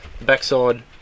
backside